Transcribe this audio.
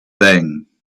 thing